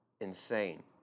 insane